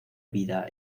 vida